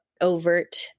overt